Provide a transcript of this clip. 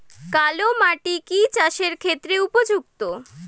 কালো মাটি কি চাষের ক্ষেত্রে উপযুক্ত?